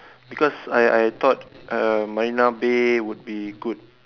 because I I thought uh Marina-Bay would be good